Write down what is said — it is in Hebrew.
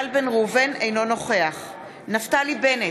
אינו נוכח נפתלי בנט,